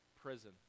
prison